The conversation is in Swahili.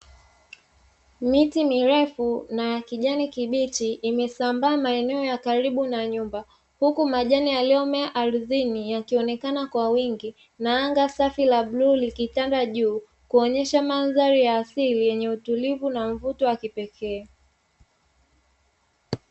Miti mirefu na ya kijani kibichi imesambaa maeneo ya karibu na nyumba, huku majani yaliyomea ardhini yakionekana kwa wingi. Na anga safi la bluu likitanda juu, kuonyesha mandhari ya asili yenye utulivu na mvuto wa kipekee.